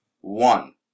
One